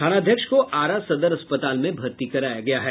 थानाध्यक्ष को आरा सदर अस्पताल में भर्ती कराया गया है